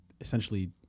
essentially